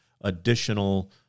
additional